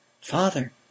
father